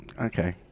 okay